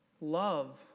love